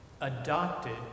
adopted